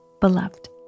beloved